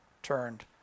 turned